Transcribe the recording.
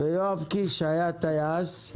ויואב קיש שהיה טייס.